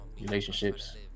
relationships